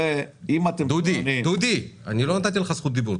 הרי אם אתם --- דודי, לא נתתי לך רשות דיבור.